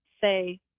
say